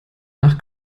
nach